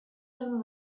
them